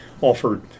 offered